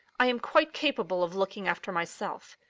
i am quite capable of looking after myself.